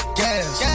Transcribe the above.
gas